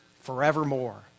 forevermore